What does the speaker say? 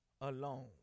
alone